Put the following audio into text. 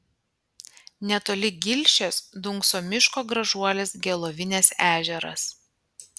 netoli gilšės dunkso miško gražuolis gelovinės ežeras